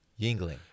Yingling